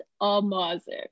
amazing